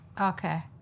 Okay